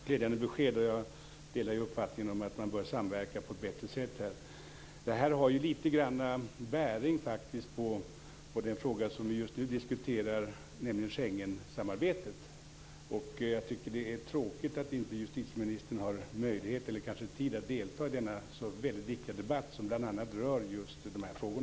Fru talman! Det var ett glädjande besked. Jag delar uppfattningen att man bör samverka på ett bättre sätt. Detta har litet grand bäring på den fråga som just nu diskuteras, nämligen Schengensamarbetet. Det är tråkigt att justitieministern inte har möjlighet eller tid att delta i denna så viktiga debatt som bl.a. rör just dessa frågor.